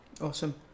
awesome